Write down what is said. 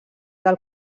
del